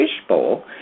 fishbowl